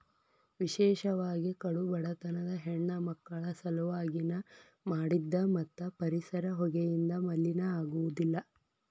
ವಿಶೇಷವಾಗಿ ಕಡು ಬಡತನದ ಹೆಣ್ಣಮಕ್ಕಳ ಸಲವಾಗಿ ನ ಮಾಡಿದ್ದ ಮತ್ತ ಪರಿಸರ ಹೊಗೆಯಿಂದ ಮಲಿನ ಆಗುದಿಲ್ಲ